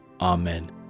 Amen